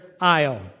aisle